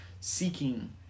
seeking